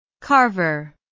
Carver